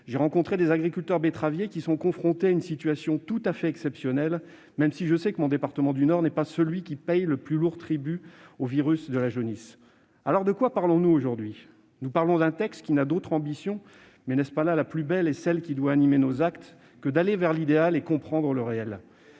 j'ai rencontré des agriculteurs betteraviers confrontés à une situation tout à fait exceptionnelle, même si je sais que le département du Nord n'est pas celui qui paye le plus lourd tribut au virus de la jaunisse. Alors, de quoi parlons-nous aujourd'hui ? Nous parlons d'un texte qui n'a d'autre ambition- mais n'est-ce pas là la plus belle d'entre toutes, celle qui doit animer nos actes ? -que d'aller vers l'idéal et de comprendre le réel.